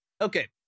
Okay